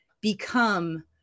become